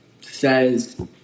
says